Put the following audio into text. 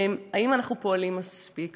האם אנחנו פועלים מספיק?